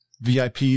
VIP